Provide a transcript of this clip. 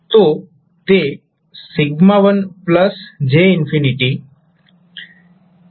તો તે 1j છે